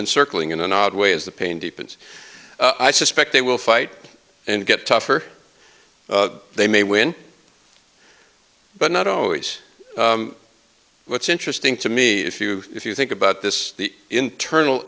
and circling in an odd way as the pain deepens i suspect they will fight and get tougher they may win but not always what's interesting to me if you if you think about this the internal